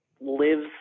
lives